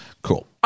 cool